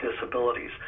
disabilities